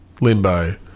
limbo